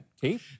Keith